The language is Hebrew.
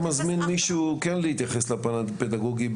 השאלה היא אם אתה מזמין מישהו להתייחס לפן הפדגוגי,